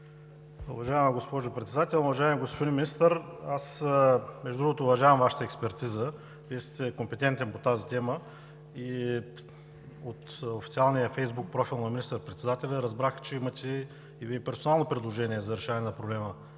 Уважаема госпожо Председател! Уважаеми господин Министър, аз между другото уважавам Вашата експертиза. Вие сте компетентен по тази тема. От официалния Фейсбук профил на министър-председателя разбрах, че имате и Вие персонално предложение за решаване на проблема,